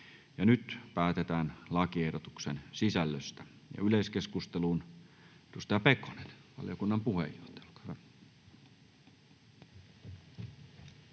Nyt päätetään lakiehdotuksen sisällöstä. — Yleiskeskusteluun. Edustaja Pekonen, valiokunnan puheenjohtaja,